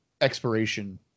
expiration